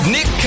Nick